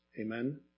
Amen